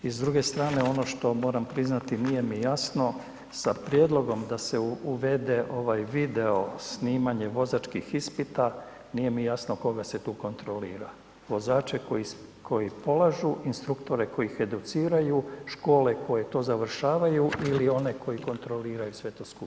I s druge strane ono što moram priznati nije mi jasno sa prijedlogom da se uvede ovaj video snimanje vozačkih ispita, nije mi jasno koga se tu kontrolira, vozače koji polažu, instruktore koji ih educiraju, škole koje to završavaju ili one koji kontroliraju sve to skupa.